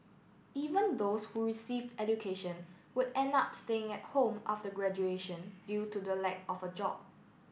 even those who received education would end up staying at home after graduation due to the lack of a job